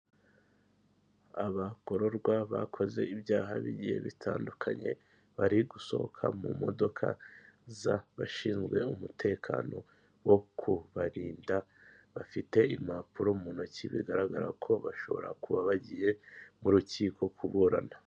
Abagororwa bakoze ibyaha bigiye bitandukanye, bari gusohoka mu modoka z'abashinzwe umutekano wo kubarinda, bafite impapuro mu ntoki, bigaragara ko bashobora kuba bagiye mu rukiko kuburana.